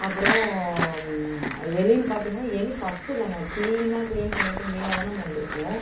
அப்புறம் எலினு பார்த்திங்கன்னா எலி ஃபர்ஸ்ட் நாங்கள் க்ளீனாக க்ளீன் பண்ணிவிட்டு நியூவாக தானே நம்ம வந்திருக்கோம்